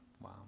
Wow